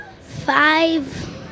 five